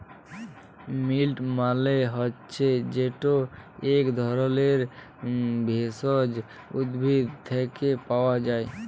মিল্ট মালে হছে যেট ইক ধরলের ভেষজ উদ্ভিদ থ্যাকে পাওয়া যায়